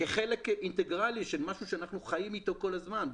כחלק אינטגרלי של משהו שאנחנו חיים אתו כל הזמן.